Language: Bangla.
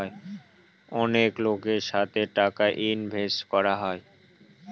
অনেক লোকের সাথে টাকা ইনভেস্ট করা হয়